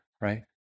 right